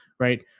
Right